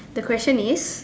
the question is